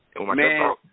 Man